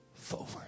Forward